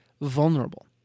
vulnerable